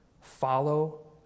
Follow